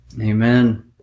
amen